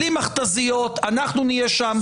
בלי אנחנו נהיה שם,